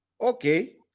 okay